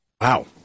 Wow